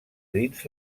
dins